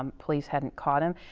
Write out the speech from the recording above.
um police hadn't caught him.